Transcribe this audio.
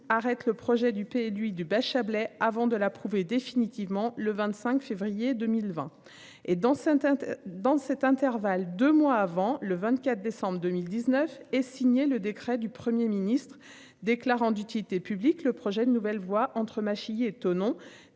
arrête le projet du P. lui du bas Chablais avant de l'approuver définitivement le 25 février 2020. Et dans certains dans cet intervalle, 2 mois avant le 24 décembre 2019 et signer le décret du Premier ministre, déclarant d'utilité publique le projet de nouvelle voie entre. Thonon